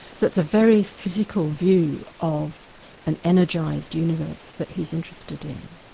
so it's a very physical view of an energised universe that he's interested in.